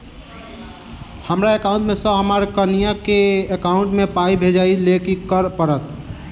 हमरा एकाउंट मे सऽ हम्मर कनिया केँ एकाउंट मै पाई भेजइ लेल की करऽ पड़त?